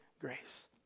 grace